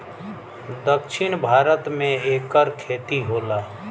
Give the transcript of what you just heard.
दक्षिण भारत मे एकर खेती होला